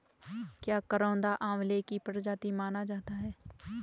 क्या करौंदा आंवले की प्रजाति माना जाता है?